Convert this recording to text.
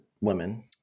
women